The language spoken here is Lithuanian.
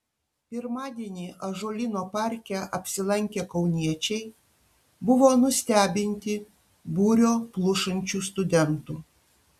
pirmadienį ąžuolyno parke apsilankę kauniečiai buvo nustebinti būrio plušančių studentų